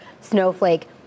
snowflake